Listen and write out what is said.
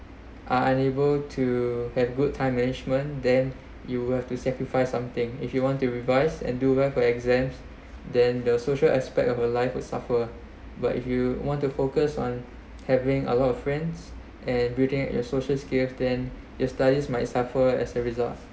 are unable to have good time management then you will have to sacrifice something if you want to revise and do well for exams then the social aspect of your life would suffer but if you want to focus on having a lot of friends and building your social skills than your studies might suffer as a result